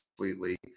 completely